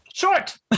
short